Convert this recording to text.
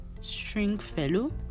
Stringfellow